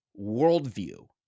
worldview